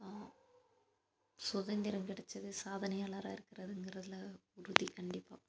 சுதந்திரம் கிடைச்சிது சாதனையாளராக இருக்கிறதுங்குறதுல உறுதி கண்டிப்பாக